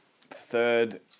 third